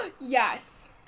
Yes